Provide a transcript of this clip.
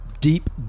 deep